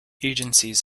agencies